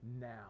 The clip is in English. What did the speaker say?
now